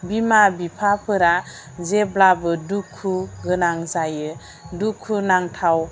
बिमा बिफाफोरा जेब्लाबो दुखु गोनां जायो दुखु नांथाव